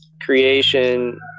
creation